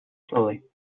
slowly